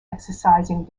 exercising